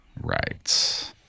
right